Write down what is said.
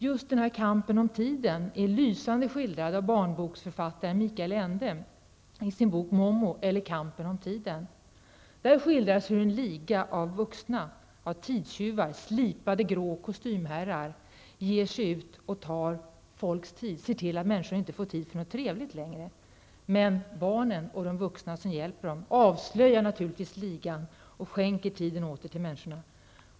Just ''kampen om tiden'' är lysande skildrad av barnboksförfattaren Michel Ende i boken Momo eller Kampen om tiden. Där skildras hur en liga av vuxna tidstjuvar, slipade grå kostymherrar, ger sig ut och tar folks tid och ser till att folket inte får tid över till någonting som är trevligt längre. Men barnen och de vuxna som hjälper dem avslöjar naturligtvis ligan och skänker tiden åter till människorna.